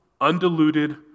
Undiluted